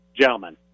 gentlemen